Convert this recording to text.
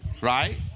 right